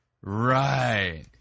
Right